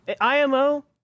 IMO